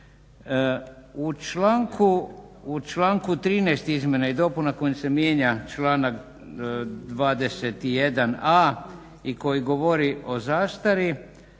U članku 13.izmjena i dopuna kojim se mijenja članak 21.a i koji govori o zastari